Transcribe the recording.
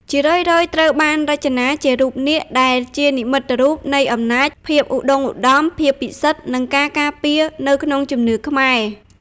ជារឿយៗត្រូវបានរចនាជារូប នាគ ដែលជានិមិត្តរូបនៃ អំណាច ភាពឧត្តុង្គឧត្តម ភាពពិសិដ្ឋ និងការការពារ នៅក្នុងជំនឿខ្មែរ។